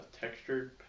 textured